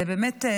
באמת,